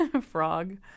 Frog